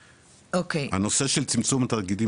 הנושא של צמצום התאגידים,